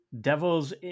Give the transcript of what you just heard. Devils